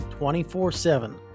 24-7